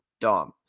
Dom